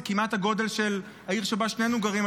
זה כמעט הגודל של העיר שבה שנינו גרים,